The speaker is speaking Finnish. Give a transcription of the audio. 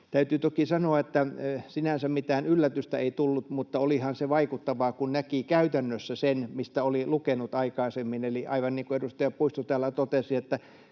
Täytyy toki sanoa, että sinänsä mitään yllätystä ei tullut, mutta olihan se vaikuttavaa, kun näki käytännössä sen, mistä oli lukenut aikaisemmin. Eli aivan niin kuin edustaja Puisto täällä totesi,